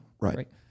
right